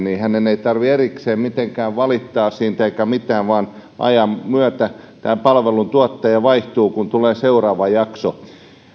niin hänen ei tarvitse erikseen mitenkään valittaa siitä eikä mitään vaan ajan myötä tämä palveluntuottaja vaihtuu kun tulee seuraava jakso